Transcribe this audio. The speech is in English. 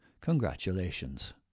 Congratulations